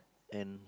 and